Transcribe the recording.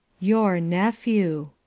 your nephew!